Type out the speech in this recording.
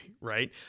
right